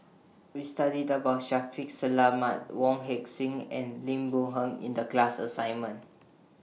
We studied about Shaffiq Selamat Wong Heck Sing and Lim Boon Heng in The class assignment